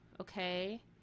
okay